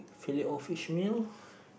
fillet all fish meal